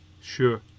Sure